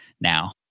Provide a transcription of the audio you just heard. now